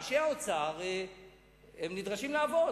אנשי האוצר נדרשים לעבוד,